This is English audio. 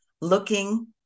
looking